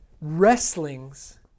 wrestlings